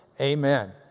Amen